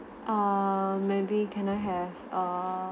uh maybe can I have a